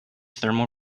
thermal